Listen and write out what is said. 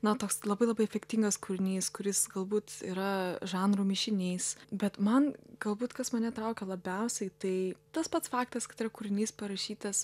na toks labai labai efektingas kūrinys kuris galbūt yra žanrų mišinys bet man galbūt kas mane traukia labiausiai tai tas pats faktas kad tai yra kūrinys parašytas